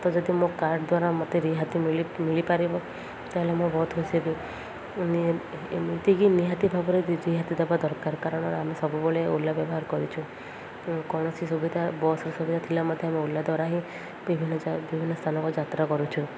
ତ ଯଦି ମୋ କାର୍ ଦ୍ଵାରା ମୋତେ ରିହାତି ମିଳି ମିଳିପାରିବ ତାହେଲେ ମୁଁ ବହୁତ ଖୁସିହେବି ଏମିତିକି ନିହାତି ଭାବରେ ରିହାତି ଦବା ଦରକାର କାରଣ ଆମେ ସବୁବେଳେ ଓଲା ବ୍ୟବହାର କରିଛୁ କୌଣସି ସୁବିଧା ବ ସୁବିଧା ଥିଲା ମତେ ଆମେ ଓଲା ଦ୍ୱାରା ହିଁ ବିଭିନ୍ନ ବିଭିନ୍ନ ସ୍ଥାନକୁ ଯାତ୍ରା କରୁଛୁ